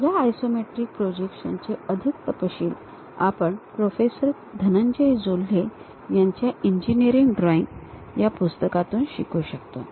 या आयसोमेट्रिक प्रोजेक्शनचे अधिक तपशील आपण प्रोफेसर धनंजय जोल्हे यांच्या इंजिनिअरिंग ड्रॉइंग या पुस्तकातून शिकू शकतो